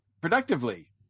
productively